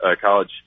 college